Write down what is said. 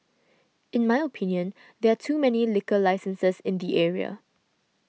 in my opinion there are too many liquor licenses in the area